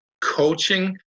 coaching